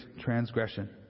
transgression